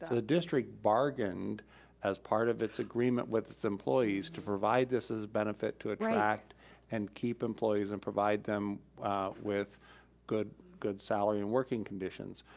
the district bargained as part of its agreement with its employees to provide this as a benefit to attract and keep employees and provide them with good good salary and working conditions.